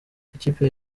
ikipe